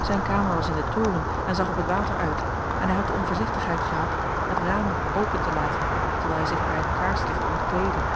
zijn kamer was in den toren en zag op het water uit en hij had de onvoorzichtigheid gehad het raam open te laten terwijl hij zich bij het kaarslicht ontkleedde